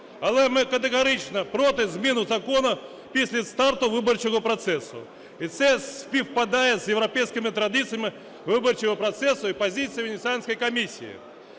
Але ми категорично проти зміни законів після старту виборчого процесу, і це співпадає з європейськими традиціями виборчого процесу і позицією Венеціанською комісії.